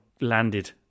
landed